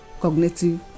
cognitive